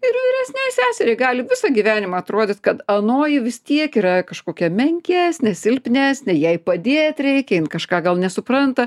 ir vyresnei seseriai gali visą gyvenimą atrodyt kad anoji vis tiek yra kažkokia menkesnė silpnesnė jai padėt reikia jin kažką gal nesupranta